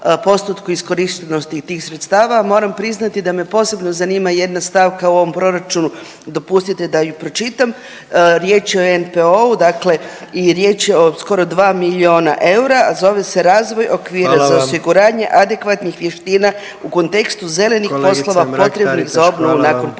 postotku iskorištenosti tih sredstava. Moram priznati da me posebno zanima jedna stavka u ovom proračunu. Dopustite da ju pročitam. Riječ je o NPO-u, dakle i riječ je o skoro dva milijuna eura, a zove se Razvoj okvira za osiguranje … …/Upadica predsjednik: Hvala vam./… … adekvatnih vještina u kontekstu zelenih poslova potrebnih za obnovu nakon potresa.